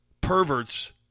perverts